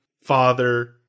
father